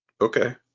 Okay